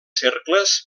cercles